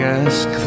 ask